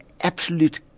absolute